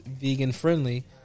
vegan-friendly